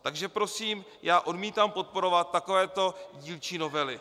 Takže prosím, já odmítám podporovat takovéto dílčí novely.